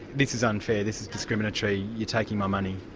this is unfair, this is discriminatory, you're taking my money.